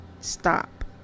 stop